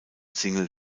single